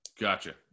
Gotcha